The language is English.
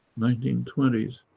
nineteen twenty s.